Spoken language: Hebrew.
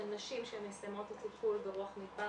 לנשים שהן מסיימות את הטיפול ברוח מדבר